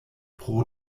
pro